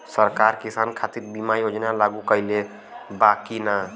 सरकार किसान खातिर बीमा योजना लागू कईले बा की ना?